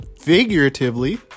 figuratively